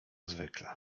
zwykle